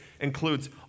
includes